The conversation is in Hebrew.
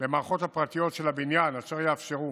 למערכות הפרטיות של הבניין אשר יאפשרו